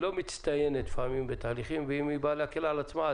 לא מצטיינת בתהליכים ואם כבר היא באה להקל על עצמה,